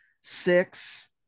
Six